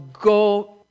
go